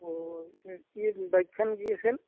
অঁ ই কি বাইকখন কি আছিল